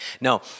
No